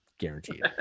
guaranteed